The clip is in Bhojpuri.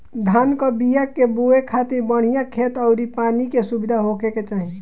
धान कअ बिया के बोए खातिर बढ़िया खेत अउरी पानी के सुविधा होखे के चाही